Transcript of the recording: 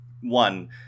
one